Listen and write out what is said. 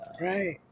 right